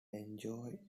enjoy